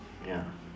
ya